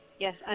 Yes